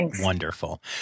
wonderful